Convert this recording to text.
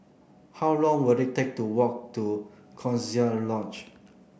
how long will it take to walk to Coziee Lodge